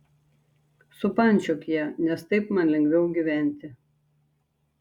supančiok ją nes taip man lengviau gyventi